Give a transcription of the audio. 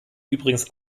übrigens